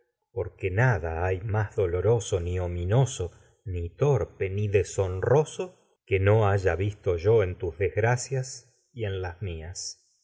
porque nada hay más dolo ni torpe ni ominoso yo ni deshonroso que no haya en tus desgracias y en las mías